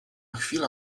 chwila